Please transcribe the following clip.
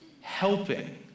helping